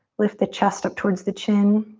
lift the chest up towards the chin